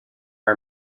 are